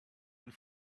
and